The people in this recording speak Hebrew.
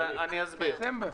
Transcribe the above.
אני אסביר.